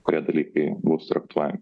kurie dalykai bus traktuojami